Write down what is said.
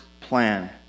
plan